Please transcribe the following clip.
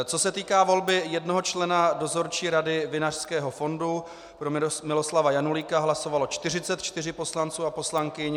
Co se týká volby jednoho člena Dozorčí rady Vinařského fondu, pro Miloslava Janulíka hlasovalo 44 poslanců a poslankyň.